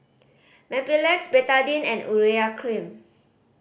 Mepilex Betadine and Urea Cream